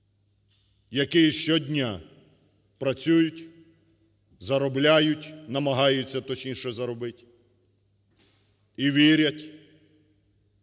які щодня працюють, заробляють, намагаються, точніше, заробити, і вірять